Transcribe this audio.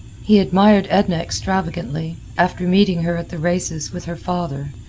he admired edna extravagantly, after meeting her at the races with her father.